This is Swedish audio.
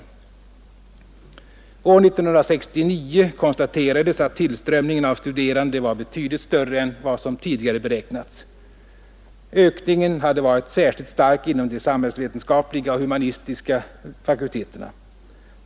År 1969 konstaterades att tillströmningen av studerande var betydligt större än vad som tidigare beräknats. Ökningen hade varit särskilt stark inom de samhällsvetenskapliga och humanistiska fakulteterna.